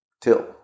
till